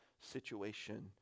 situation